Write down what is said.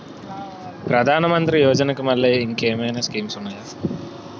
ప్రధాన మంత్రి యోజన కి మల్లె ఇంకేమైనా స్కీమ్స్ ఉన్నాయా?